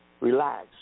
Relax